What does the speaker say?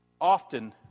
often